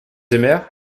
aimèrent